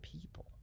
people